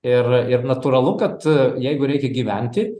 ir ir natūralu kad jeigu reikia gyventi